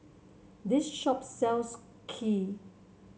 this shop sells Kheer